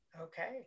Okay